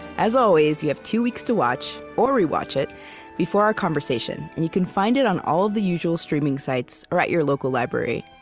as always, you have two weeks to watch or rewatch it before our conversation and you can find it on all the usual streaming sites or at your local library.